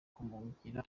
kumugira